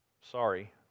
Sorry